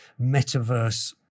metaverse